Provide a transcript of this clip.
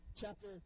chapter